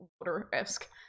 water-esque